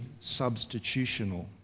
substitutional